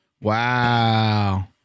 Wow